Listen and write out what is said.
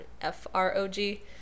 F-R-O-G